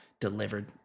delivered